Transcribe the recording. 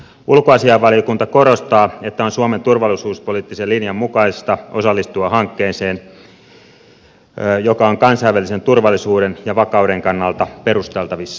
ulkoasianvaliokunta korostaa että on suomen turvallisuuspoliittisen linjan mukaista osallistua hankkeeseen joka on kansainvälisen turvallisuuden ja vakauden kannalta perusteltavissa